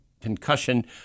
concussion